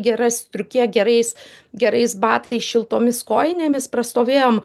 gera striuke gerais gerais batais šiltomis kojinėmis prastovėjom